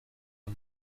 are